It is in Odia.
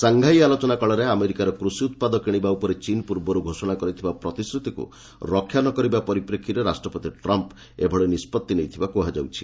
ସାଂଘାଇ ଆଲୋଚନା କାଳରେ ଆମେରିକାର କୃଷି ଉତ୍ପାଦ କିଶିବା ଉପରେ ଚୀନ୍ ପୂର୍ବରୁ ଘୋଷଣା କରିଥିବା ପ୍ରତିଶ୍ରୁତିକୁ ରକ୍ଷା ନକରିବା ପରିପ୍ରେକ୍ଷୀରେ ରାଷ୍ଟ୍ରପତି ଟ୍ରମ୍ପ୍ ଏଭଳି ନିଷ୍ପଭି ନେଇଥିବା କୁହାଯାଉଛି